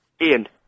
Ian